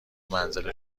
منزل